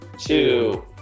two